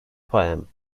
poem